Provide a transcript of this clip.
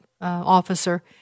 officer